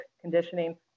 conditioning